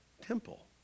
temple